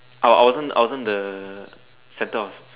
I wasn't I wasn't the centre of